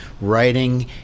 writing